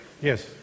Yes